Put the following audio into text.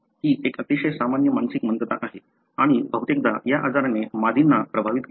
ही एक अतिशय सामान्य मानसिक मंदता आहे आणि बहुतेकदा या आजाराने मादींना प्रभावित केले